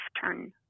turn